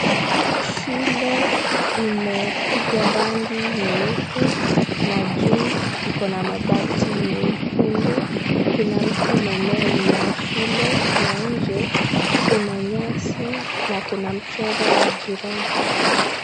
Shule imepigwa rangi nyeupe na juu iko na mabati nyekundu. Kuna mti umemea nyuma ya shule na nje kuna nyasi na kuna mchoro wa girrafe .